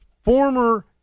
former